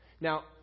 Now